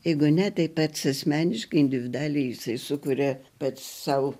jeigu ne tai pats asmeniškai individualiai jisai sukuria pats sau